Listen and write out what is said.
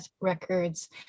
records